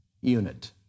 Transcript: unit